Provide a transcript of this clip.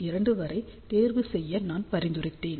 2 வரை தேர்வு செய்ய நான் பரிந்துரைத்தேன்